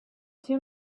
two